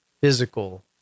physical